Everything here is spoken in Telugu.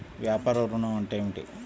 వ్యాపార ఋణం అంటే ఏమిటి?